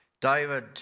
David